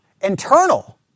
internal